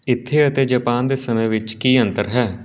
ਇੱਥੇ ਅਤੇ ਜਾਪਾਨ ਦੇ ਸਮੇਂ ਵਿੱਚ ਕੀ ਅੰਤਰ ਹੈ